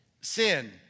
Sin